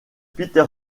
peter